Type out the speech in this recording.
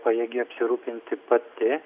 pajėgi apsirūpinti pati